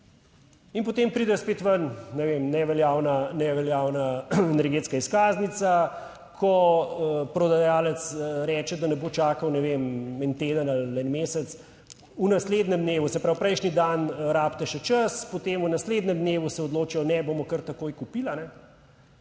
ne vem, neveljavna, neveljavna energetska izkaznica, ko prodajalec reče, da ne bo čakal, ne vem, en teden ali en mesec v naslednjem dnevu, Se pravi, prejšnji dan rabite še čas, potem v naslednjem dnevu se odločijo, ne bomo kar takoj kupili.